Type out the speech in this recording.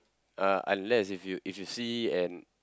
uh unless if you if you see an